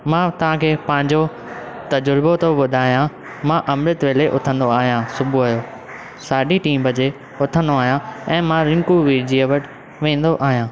मां तव्हां खे पहिंजो तजुर्बो थो ॿुधायां मां अमृत वेले उथंदो आहियां सुबुह जो साढे टी बजे उथंदो आहियां ऐं मां रिंकू वीर जी वटि वेंदो आहियां